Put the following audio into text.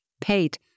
paid